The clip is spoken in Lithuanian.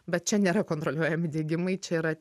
bet čia nėra kontroliuojami degimai čia yra